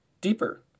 deeper